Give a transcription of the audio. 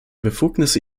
befugnisse